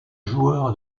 joueur